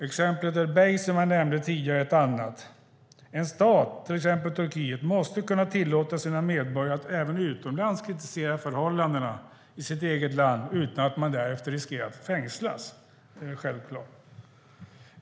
Exemplet Erbey, som jag nämnde tidigare, är ett annat. En stat, till exempel Turkiet, måste kunna tillåta sina medborgare att även utomlands kritisera förhållandena i sitt eget land utan att därefter riskera att fängslas. Det är självklart.